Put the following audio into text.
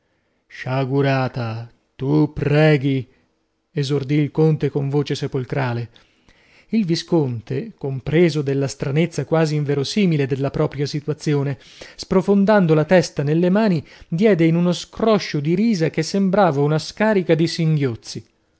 sopra sciagurata tu preghi esordì il conte con voce sepolcrale il visconte compreso dalla stranezza quasi inverosimile della propria situazione sprofondando la testa nelle mani diede in uno scroscio di risa che sembrava una scarica di singhiozzi